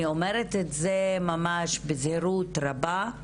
אני אומרת את זה בזהירות רבה,